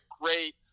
great